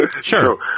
Sure